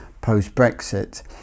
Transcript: post-Brexit